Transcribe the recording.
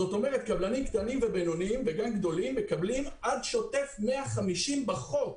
זאת אומרת שקבלנים קטנים ובינוניים וגם גדולים מקבלים עד שוטף 150 בחוק.